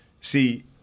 See